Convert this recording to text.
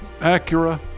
Acura